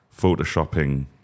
photoshopping